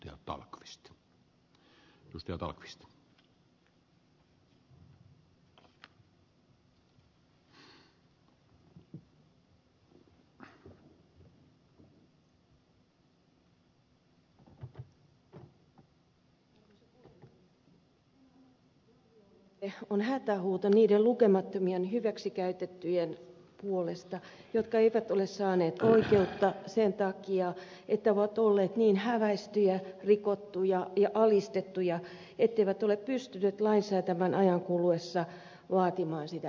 tämä lakialoite on hätähuuto niiden lukemattomien hyväksikäytettyjen puolesta jotka eivät ole saaneet oikeutta sen takia että ovat olleet niin häväistyjä rikottuja ja alistettuja etteivät ole pystyneet lain säätämän ajan kuluessa vaatimaan sitä itselleen